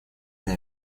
для